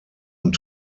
und